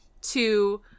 to-